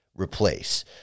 replace